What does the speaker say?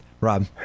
Rob